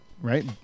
Right